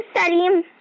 Salim